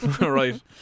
Right